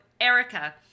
Erica